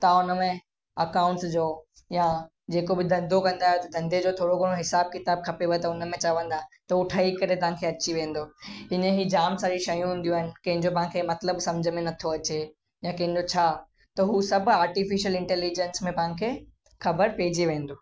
तां उन में अकाउंट्स जो या जेको बि धंधो कंदा आहियो त धंधे जो थोरो घणो हिसाब किताब खपेव त हुन में चवंदा त उहो ठही करे तव्हांखे अची वेंदो हीअं ई जाम सारी शयूं हूंदियूं आहिनि कंहिंजो तव्हांखे मतिलबु सम्झ में नथो अचे या कंहिंजो छा त उहे सभु आर्टिफिशियल इंटैलिजेंस में तव्हांखे ख़बर पइजी वेंदो